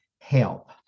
help